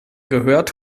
gehört